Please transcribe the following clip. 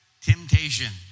temptation